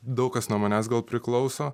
daug kas nuo manęs gal priklauso